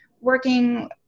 working